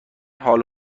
حال